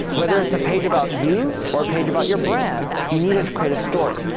whether it's a page about you or a page about your brand, you need it to create a story.